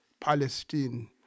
Palestine